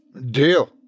Deal